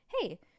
Hey